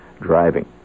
driving